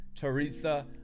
Teresa